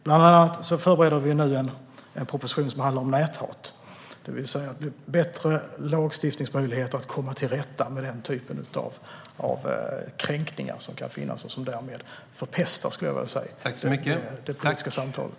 Bland annat förbereder vi nu en proposition som handlar om näthat och ska ge bättre lagstiftningsmöjligheter för att komma till rätta med de typer av kränkningar som kan finnas och som förpestar det politiska samtalet.